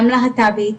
גם להט"בית,